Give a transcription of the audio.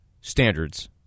standards